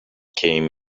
came